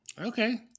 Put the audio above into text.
Okay